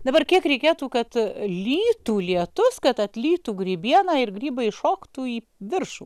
dabar kiek reikėtų kad lytų lietus kad atlytų grybieną ir grybai šoktų į viršų